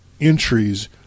entries